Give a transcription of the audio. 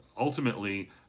ultimately